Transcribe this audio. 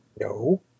no